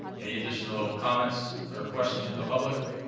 any additional comments or questions from the public?